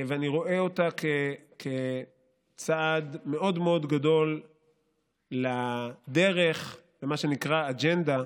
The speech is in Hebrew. ואני רואה אותה כצעד מאוד מאוד גדול בדרך למה שנקרא "אג'נדה",